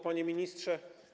Panie Ministrze!